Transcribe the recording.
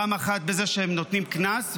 פעם אחת בזה שהן נותנות קנס,